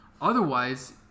Otherwise